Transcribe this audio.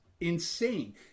insane